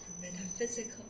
metaphysical